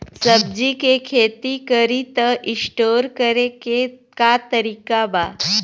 सब्जी के खेती करी त स्टोर करे के का तरीका बा?